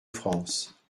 france